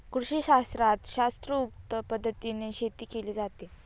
कृषीशास्त्रात शास्त्रोक्त पद्धतीने शेती केली जाते